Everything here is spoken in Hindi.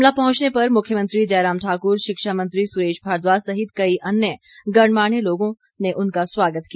शिमला पहुंचने पर मुख्यमंत्री जयराम ठाकुर शिक्षा मंत्री सुरेश भारद्वाज सहित कई अन्य गणमान्य लोगों ने उनका स्वागत किया